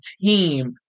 team